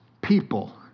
people